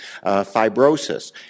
fibrosis